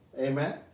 amen